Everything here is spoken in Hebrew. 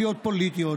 סוגיות פוליטיות,